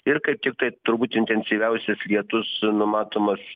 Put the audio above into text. ir kaip kitaip turbūt intensyviausias lietus numatomas